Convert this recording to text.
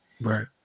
Right